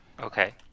Okay